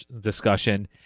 discussion